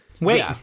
Wait